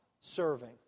serving